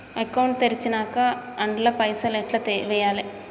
Account తెరిచినాక అండ్ల పైసల్ ఎట్ల వేయాలే?